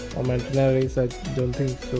or manta rays i don't think